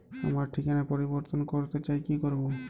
আমার ঠিকানা পরিবর্তন করতে চাই কী করব?